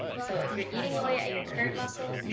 so if you're eating away at your current muscle,